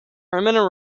permanent